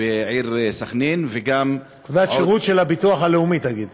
בעיר סח'נין, נקודת שירות של הביטוח הלאומי תגיד.